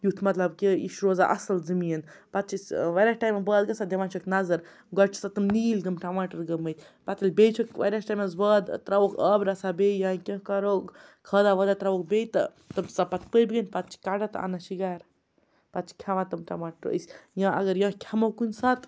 یُتھ مطلب کہِ یہِ چھُ روزان اصٕل زٔمیٖن پَتہٕ چھِ أسۍ ٲں واریاہ ٹایمہٕ بعد گژھان دِوان چھِکھ نظر گۄڈٕ چھِ آسان تِم نیٖل تِم ٹَماٹَر گٔمِتۍ پَتہٕ ییٚلہِ بیٚیہِ چھِکھ واریاہَس ٹایمَس بعد ٲں ترٛاوہوکھ آب رژھا بیٚیہِ یا کیٚنٛہہ کَرہوکھ کھادا وادا ترٛاوہوکھ بیٚیہِ تہٕ تِم چھِ آسان پَتہٕ پٔپۍ گٔمِتۍ پَتہٕ چھِ کَڑَان تہٕ اَنان چھِ گھرٕ پَتہٕ چھِ کھیٚوان تِم ٹماٹر أسۍ یا اَگر یا کھیٚمو کُنہِ ساتہٕ